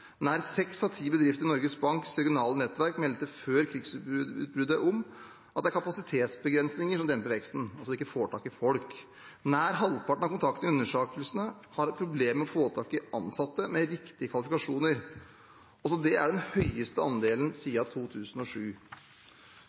Nær seks av ti bedrifter i Norges Banks regionale nettverk meldte før krigsutbruddet om at kapasitetsbegrensninger demper veksten – altså at man ikke får tak i folk. Nær halvparten av kontaktene i undersøkelsen har problemer med å få tak i ansatte med riktige kvalifikasjoner. Det er den høyeste andelen siden 2007.